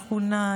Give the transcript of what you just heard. השכונה,